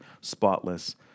spotless